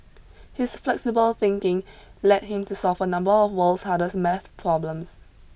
his flexible thinking led him to solve a number of world's hardest math problems